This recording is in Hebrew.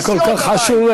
זה כל כך חשוב,